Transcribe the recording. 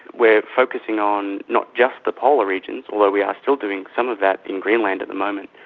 we're focusing on not just the polar regions, although we are still doing some of that in greenland at the moment,